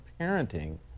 parenting